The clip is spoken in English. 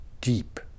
deep